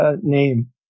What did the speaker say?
name